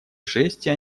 жести